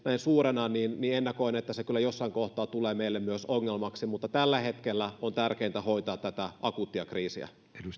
suurena niin ennakoin että se kyllä jossain kohtaa tulee meille myös ongelmaksi mutta tällä hetkellä on tärkeintä hoitaa tätä akuuttia kriisiä